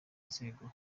nzego